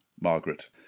Margaret